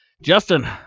Justin